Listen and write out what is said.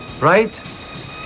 Right